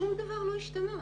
שום דבר לא השתנה.